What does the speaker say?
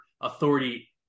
authority